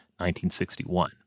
1961